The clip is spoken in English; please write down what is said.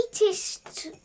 Latest